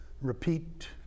repeat